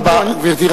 גברתי,